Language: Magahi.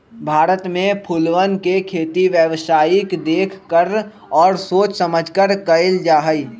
भारत में फूलवन के खेती व्यावसायिक देख कर और सोच समझकर कइल जाहई